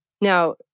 Now